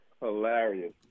Hilarious